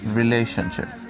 relationship